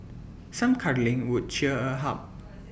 some cuddling would cheer her up